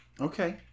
Okay